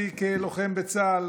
אני, ששירתי כלוחם בצה"ל